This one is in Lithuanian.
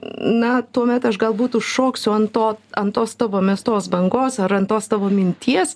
na tuomet aš galbūt užšoksiu ant to ant tos tavo mestos bangos ar ant tos tavo minties